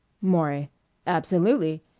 maury absolutely.